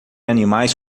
animais